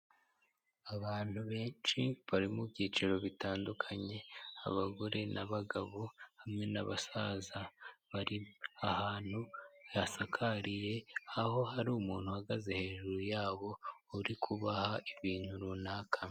Abantu benshi bari mu byiciro bitandukanye abagore n'abagabo hamwe n'abasaza bari ahantu hasakariye aho hari umuntu uhagaze hejuru yabo uri kubaha ibintu runaka.